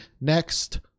next